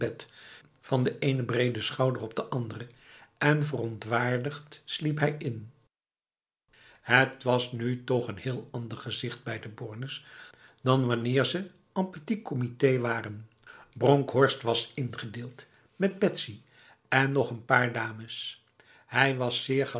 van de ene brede schouder op de andere en verontwaardigd sliep hij in het was nu toch n heel ander gezicht bij de bornes dan wanneer ze en petit comité waren bronkhorst was ingedeeld met betsy en nog n paar dames hij was zeer